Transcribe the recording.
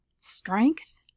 Strength